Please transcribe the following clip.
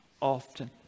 often